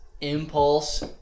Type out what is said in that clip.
impulse